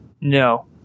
No